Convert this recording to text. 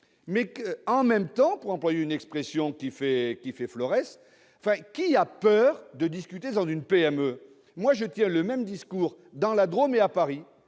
! En même temps- pour employer une expression qui fait florès -, qui a peur de discuter dans une PME ? Pour ma part, je tiens le même discours dans la Drôme et à Paris.